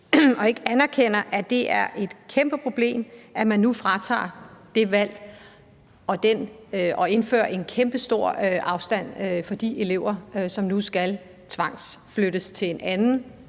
og ikke anerkender, at det er et kæmpeproblem, at man nu fratager dem det valg og indfører en kæmpestor afstand for de elever, som nu skal tvangsflyttes til et andet